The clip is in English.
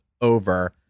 over